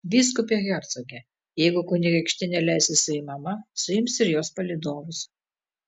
vyskupe hercoge jeigu kunigaikštienė leisis suimama suims ir jos palydovus